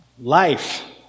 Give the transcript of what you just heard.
Life